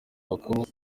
bakuru